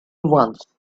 once